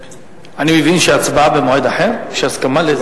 אני מבין שההצבעה היא במועד אחר, יש הסכמה לזה.